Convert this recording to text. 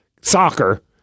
soccer